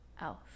else